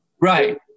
Right